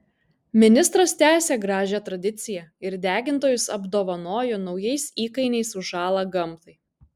ministras tęsė gražią tradiciją ir degintojus apdovanojo naujais įkainiais už žalą gamtai